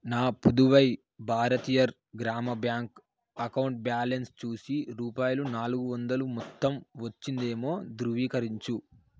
నా Puduvai Bharathiyar Grama bank account balance చూసి రూపాయలు నాలుగు వందలు మొత్తం వచ్చిందేమో ధృవీకరించు